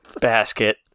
basket